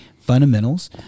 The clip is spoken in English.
fundamentals